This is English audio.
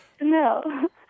No